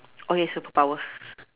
okay superpower